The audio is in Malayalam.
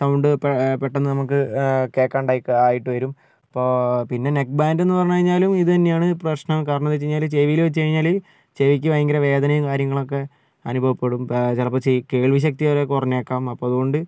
സൗണ്ട് പെ പെട്ടെന്ന് നമുക്ക് കേൾക്കാണ്ട് ഒക്കെ ആയിട്ട് വരും ഇപ്പോൾ പിന്നെ നെക്ക് ബാൻഡ് എന്ന് പറഞ്ഞ് കഴിഞ്ഞാലും ഇത് തന്നെയാണ് പ്രശ്നം കാരണം എന്തെന്ന് വെച്ച് കഴിഞ്ഞാൽ ചെവിയിൽ വെച്ച് കഴിഞ്ഞാൽ ചെവിക്ക് ഭയങ്കര വേദനയും കാര്യങ്ങളൊക്കെ അനുഭവപ്പെടും ഇപ്പോൾ ചിലപ്പോൾ ചെവി കേൾവി ശക്തി വരെ കുറഞ്ഞേക്കാം അപ്പം അതുകൊണ്ട്